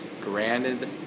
Granted